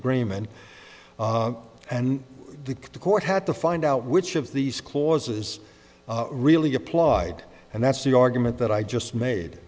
agreement and the court had to find out which of these clauses really applied and that's the argument that i just made